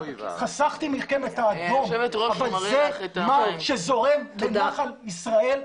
חסכתי מכם את האדום, אבל זה מה שזורם בנחל ישראל.